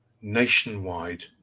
nationwide